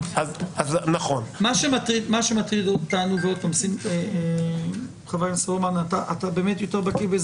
מה שמטריד אותנו ואתה באמת בקיא זה